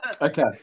Okay